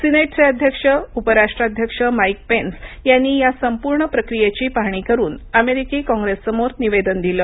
सीनेटचे अध्यक्ष उपराष्ट्राध्यक्ष Mike Pence यांनी या संपूर्ण प्रक्रियेची पाहणी करून अमेरिकी कॉंग्रेससमोर निवेदन दिलं